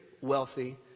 wealthy